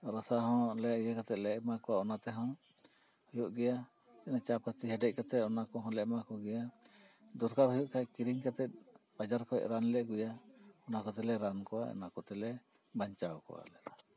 ᱨᱟᱥᱟ ᱦᱚᱸ ᱞᱮ ᱤᱭᱟᱹ ᱠᱟᱛᱮᱞᱮ ᱮᱢᱟ ᱠᱚᱣᱟ ᱚᱱᱟ ᱛᱮᱦᱚᱸ ᱦᱩᱭᱩᱜ ᱜᱮᱭᱟ ᱪᱟᱯᱟᱛᱤ ᱦᱮᱰᱮᱡ ᱠᱟᱛᱮ ᱚᱱᱟ ᱠᱚᱦᱚᱸ ᱞᱮ ᱮᱢᱟᱠᱚᱜᱮᱭᱟ ᱫᱚᱨᱠᱟ ᱦᱩᱭᱩᱜ ᱠᱷᱟᱡ ᱠᱤᱨᱤᱧ ᱠᱟᱛᱮ ᱵᱟᱡᱟᱨ ᱠᱷᱚᱡ ᱨᱟᱱ ᱞᱮ ᱟᱜᱩᱭᱟ ᱚᱱᱟ ᱠᱚᱛᱮ ᱞᱮ ᱨᱟᱱ ᱠᱚᱣᱟ ᱚᱱᱟ ᱠᱚᱛᱮ ᱞᱮ ᱵᱟᱧᱪᱟᱣ ᱠᱚᱣᱟ